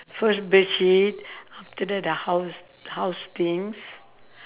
first bed sheet after that the house house things